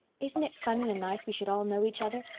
isn't it funny and nice we should all know each other?